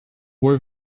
were